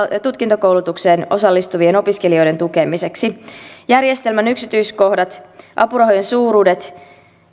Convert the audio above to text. tutkintokoulutukseen osallistuvien opiskelijoiden tukemiseksi järjestelmän yksityiskohdat apurahojen suuruudet